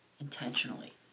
intentionally